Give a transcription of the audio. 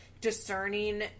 discerning